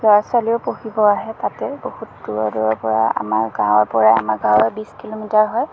ল'ৰা ছোৱালীও পঢ়িব আহে তাতে বহুত দূৰৰ দূৰৰ পৰা আমাৰ গাঁৱৰ পৰা আমাৰ গাঁৱৰ পৰা বিছ কিলোমিটাৰ হয়